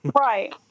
Right